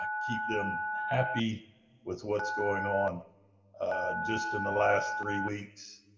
keep them happy with what's going on just in the last three weeks.